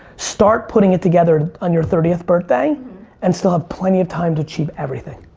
start putting it together on your thirtieth birthday and still have plenty of time to achieve everything.